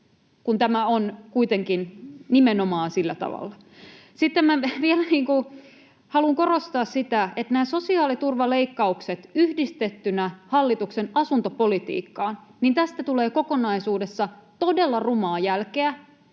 kun tämä on kuitenkin nimenomaan sillä tavalla. Sitten vielä haluan korostaa sitä, että sosiaaliturvaleikkauksista yhdistettynä hallituksen asuntopolitiikkaan tulee kokonaisuudessa todella rumaa jälkeä.